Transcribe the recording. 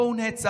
פה הוא נעצר.